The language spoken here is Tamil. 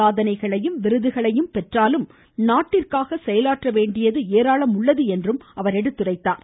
சாதனைகளையும் விருதுகளையும் பெற்றாலும் நாட்டிற்காக அவர்கள் செயலாற்ற வேண்டியது ஏராளம் உள்ளது என்றார்